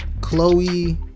Chloe